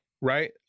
right